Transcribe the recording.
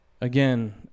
again